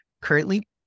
currently